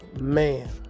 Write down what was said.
man